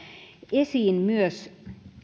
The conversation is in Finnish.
esiin myös